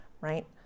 right